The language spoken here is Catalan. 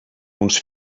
uns